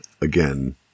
again